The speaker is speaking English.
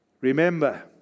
remember